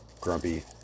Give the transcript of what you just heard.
grumpy